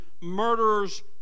murderers